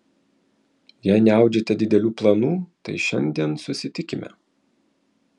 jei neaudžiate didelių planų tai šiandien susitikime